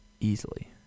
easily